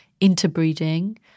interbreeding